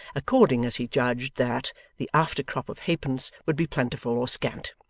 according as he judged that the after-crop of half-pence would be plentiful or scant.